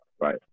right